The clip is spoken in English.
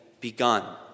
begun